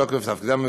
מתוקף תפקידם,